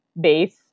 base